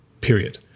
period